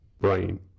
brain